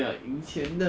uh